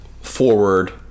forward